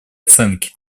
оценки